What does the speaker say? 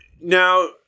now